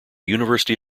university